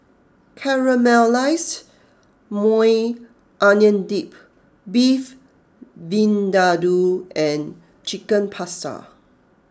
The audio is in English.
Caramelized Maui Onion Dip Beef Vindaloo and Chicken Pasta